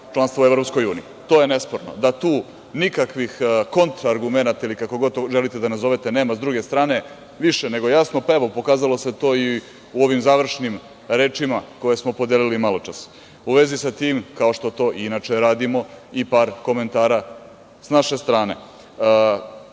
članstva u EU. To je nesporno, da tu nikakvih kontra argumenata, ili kako god to želite da nazovete, nema. S druge strane više nego jasno, evo, pokazalo se to i u ovim završnim rečima koje smo podelili maločas.U vezi sa tim, kao što to i inače radimo i par komentara s naše strane.